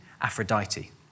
Aphrodite